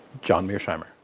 john mearsheimer.